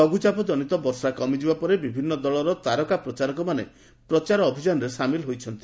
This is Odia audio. ଲଘୁଚାପଜନିତ ବର୍ଷା କମିଯିବାପରେ ବିଭିନ୍ନ ଦଳର ତାରକା ପ୍ରଚାରକମାନେ ପ୍ରଚାର ଅଭିଯାନରେ ସାମିଲ ହୋଇଛନ୍ତି